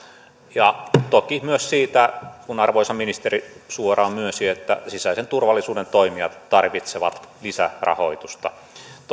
ja toki myös siitä kun arvoisa ministeri suoraan myönsi että sisäisen turvallisuuden toimijat tarvitsevat lisärahoitusta